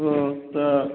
ओतऽ जेबय